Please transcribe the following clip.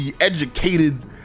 educated